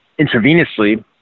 intravenously